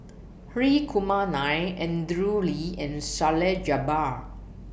Hri Kumar Nair Andrew Lee and Salleh Japar